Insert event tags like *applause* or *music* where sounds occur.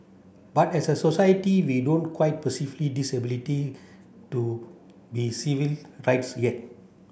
but as a society we don't quite *unintelligible* disability to be civil rights yet